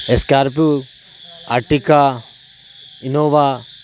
Scorpio Ertiga Innova